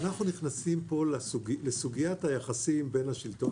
אנחנו נכנסים פה לסוגיית היחסים בין השלטון